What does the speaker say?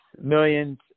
millions